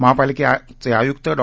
महापालिकेचे आयुक्त डॉ